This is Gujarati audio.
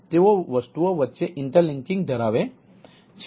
તેઓ વસ્તુઓ વચ્ચે ઇન્ટરલિંકીંગ ધરાવે છે